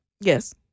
Yes